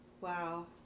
Wow